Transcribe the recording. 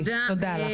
תודה לך.